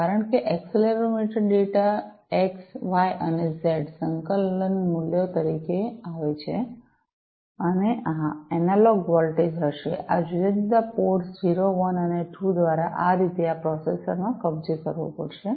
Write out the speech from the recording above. કારણ કે accelerometer data x y અને ઝેડ સંકલન મૂલ્યો તરીકે આવે છે અને આ એનાલોગ વોલ્ટેજ હશે આ જુદા જુદા પોર્ટ્સ 0 1 અને 2 દ્વારા આ રીતે આ પ્રોસેસર માં કબજે કરવો પડશે